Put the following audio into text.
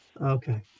Okay